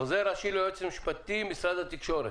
עוזר ראשי ליועצת המשפטית במשרד התקשורת.